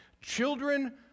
children